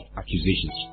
accusations